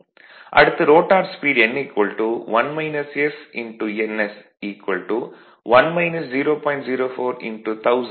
அடுத்து rotor speed nns 1 0